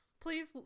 Please